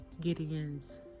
Gideon's